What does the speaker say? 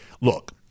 look